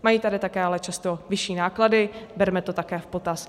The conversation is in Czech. Mají tady také ale často vyšší náklady, bereme to také v potaz.